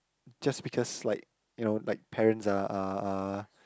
just because like you know like parents are are are